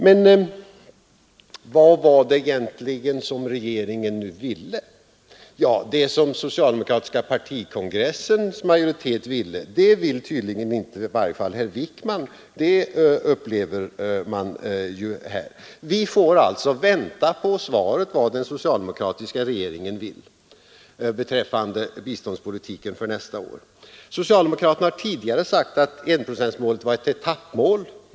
Men vad var det egentligen som regeringen nu ville? Det som socialdemokratiska partikongressens majoritet ville, det vill tydligen i varje fall inte herr Wickman. Det upplever man ju här. Vi får alltså vänta på besked om vad den socialdemokratiska regeringen vill beträffande biståndspolitiken för nästa år. Socialdemokraterna har tidigare sagt att enprocentsmålet var ett etappmål.